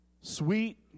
Sweet